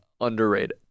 underrated